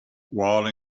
while